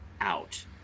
out